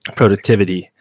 productivity